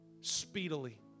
speedily